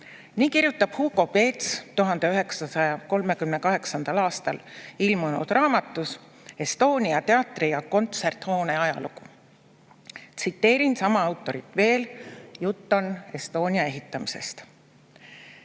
Nii kirjutab Hugo Peets 1938. aastal ilmunud raamatus ""Estonia" teatri‑ ja kontserthoone ajalugu". Tsiteerin sama autorit veel, jutt on Estonia ehitamisest: